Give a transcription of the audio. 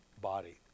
body